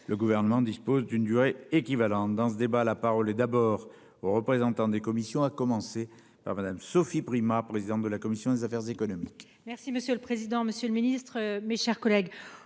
le gouvernement dispose d'une durée et. Yves allant dans ce débat. La parole est d'abord aux représentants des commissions à commencer par Madame. Sophie Primas, présidente de la commission des affaires économiques.